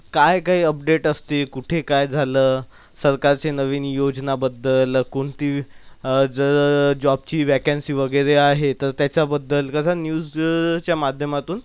काय काय अपडेट असतील कुठे काय झालं सरकारचे नवीन योजनाबद्दल कोणती ज जॉबची व्हॅकॅन्सी वगैरे आहे तर त्याच्याबद्दल कसं न्यूजच्या माध्यमातून